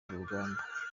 urugamba